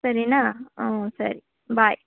ಸರಿ ನಾ ಹಾಂ ಸರಿ ಬಾಯ್